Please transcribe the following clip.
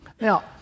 Now